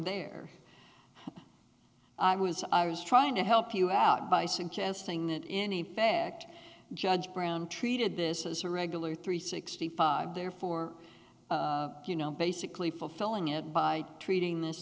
there i was i was trying to help you out by suggesting that any fact judge brown treated this as a regular three sixty five therefore you know basically fulfilling it by treating this